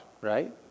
right